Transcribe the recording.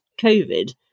COVID